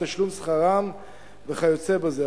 תשלום שכרם וכיוצא בזה.